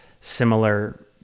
similar